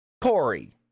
Corey